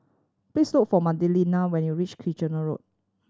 please look for Magdalena when you reach Kitchener Road